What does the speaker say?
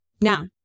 Now